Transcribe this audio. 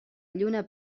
lluna